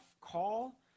call